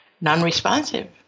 non-responsive